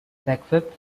equipped